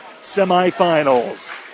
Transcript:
semifinals